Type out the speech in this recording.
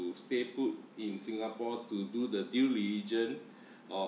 stay put in singapore to do the due diligent or